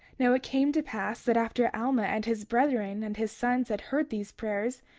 now it came to pass that after alma and his brethren and his sons had heard these prayers,